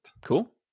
cool